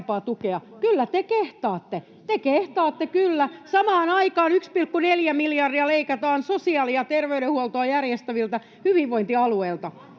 Te kehtaatte kyllä. Samaan aikaan 1,4 miljardia leikataan sosiaali- ja terveydenhuoltoa järjestäviltä hyvinvointialueilta